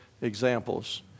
examples